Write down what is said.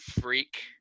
freak